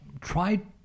try